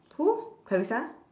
who clarissa